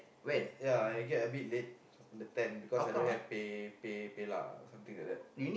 yeah yeah I get a bit late the tan because I don't have the pay pay PayNow something like lah